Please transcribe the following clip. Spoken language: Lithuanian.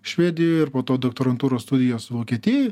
švedijoje ir po to doktorantūros studijos vokietijoj